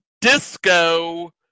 disco